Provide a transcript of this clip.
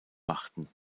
machten